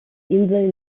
insel